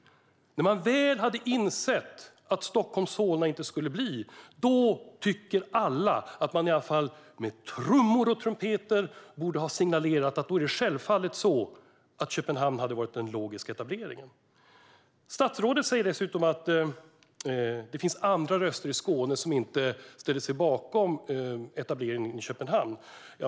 När man väl hade insett att det inte skulle bli Stockholm och Solna borde man i alla fall - det tycker alla - med trummor och trumpeter ha signalerat att Köpenhamn självfallet var den logiska etableringen. Statsrådet säger dessutom att det finns andra röster i Skåne som inte ställer sig bakom en etablering i Köpenhamn.